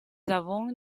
avons